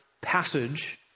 passage